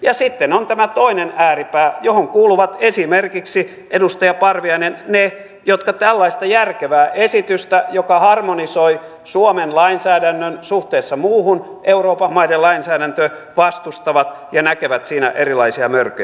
ja sitten on tämä toinen ääripää johon kuuluvat esimerkiksi edustaja parviainen ne jotka tällaista järkevää esitystä joka harmonisoi suomen lainsäädännön suhteessa muuhun euroopan maiden lainsäädäntöön vastustavat ja näkevät siinä erilaisia mörköjä